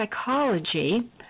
psychology